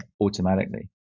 automatically